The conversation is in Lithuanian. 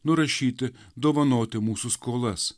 nurašyti dovanoti mūsų skolas